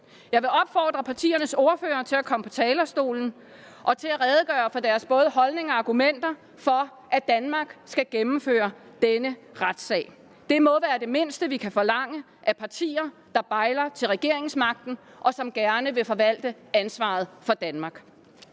Jeg vil opfordre partiernes ordførere til at komme på talerstolen og til at redegøre for både deres holdning og deres argumenter for, at Danmark skal gennemføre denne retssag. Det må være det mindste, vi kan forlange af partier, der bejler til regeringsmagten, og som gerne vil forvalte ansvaret for Danmark.